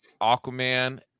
aquaman